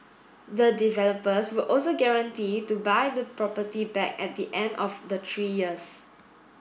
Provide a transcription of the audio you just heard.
the developers would also guarantee to buy the property back at the end of the three years